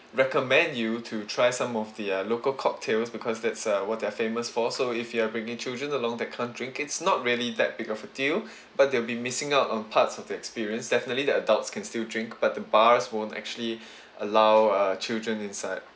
recommend you to try some of the uh local cocktails because that's uh what they're famous for so if you are bringing children along that can't drink it's not really that big of a deal but they'll be missing out on parts of the experience definitely the adults can still drink but the bars won't actually allow uh children inside